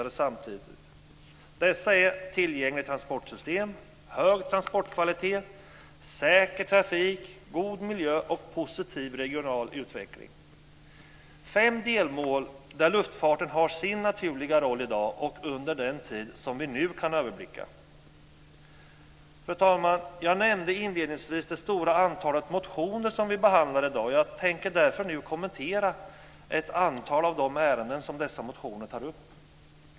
Dessa var: I dessa fem delmål har luftfarten sin naturliga roll i dag och under den tid som vi nu kan överblicka. Fru talman! Jag nämnde inledningsvis det stora antal motioner som vi behandlar i dag, och jag tänker nu kommentera ett antal av de ärenden som tas upp i dessa motioner.